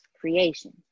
creation